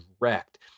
wrecked